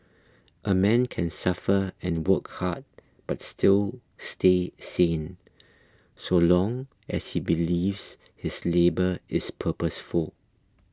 a man can suffer and work hard but still stay sane so long as he believes his labour is purposeful